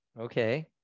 Okay